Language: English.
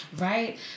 Right